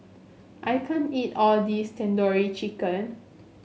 I can't eat all this Tandoori Chicken